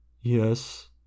Yes